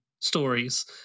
stories